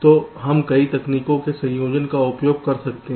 तो हम कई तकनीकों के संयोजन का उपयोग कर सकते हैं